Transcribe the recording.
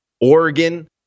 oregon